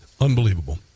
unbelievable